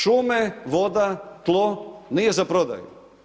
Šume, voda, tlo, nije za prodaju.